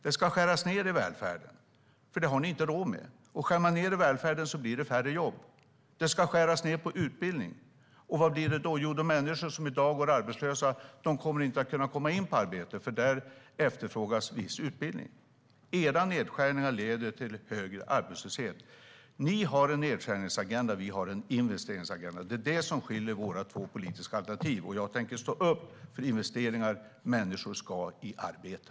Det ska skäras ned i välfärden, för den har ni inte råd med. Om man skär ned i välfärden blir det färre jobb. Det ska skäras ned på utbildning. Och vad blir det då? De människor som i dag går arbetslösa kommer inte att kunna komma in i arbete, för där efterfrågas viss utbildning. Era nedskärningar leder till högre arbetslöshet. Ni har en nedskärningsagenda, och vi har en investeringsagenda. Det är det som skiljer våra två politiska alternativ åt. Jag tänker stå upp för investeringar. Människor ska i arbete.